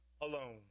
alone